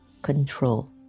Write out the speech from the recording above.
control